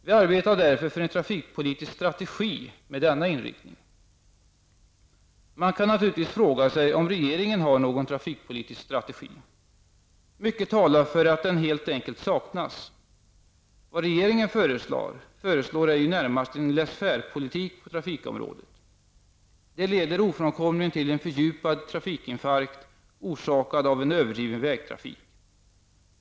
Vi arbetar därför för en trafikpolitisk strategi med denna inriktning. Man kan naturligtvis fråga sig om regeringen har någon trafikpolitisk strategi. Mycket talar för att den helt enkelt saknas. Vad regeringen föreslår är ju närmast en laissez-faire-politik på trafikområdet. Det leder ofrånkomligen till en fördjupad trafikinfarkt orsakad av en överdriven vägtrafik.